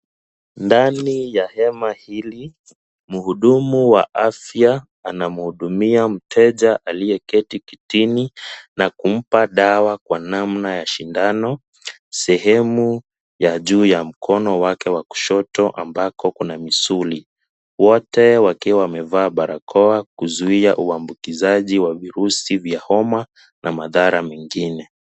Ndani ya hema hili mhudumu wa afya anamhudumia mteja aliyeketi kitini na kumpa dawa kwa namna ya shindano , sehemu ya juu ya mkono wake wa kushoto ambako kuna misuli. Wote wakiwa wamevaa barakoa kuzuia uambukizaji wa virusi vya homa na madhara mengine.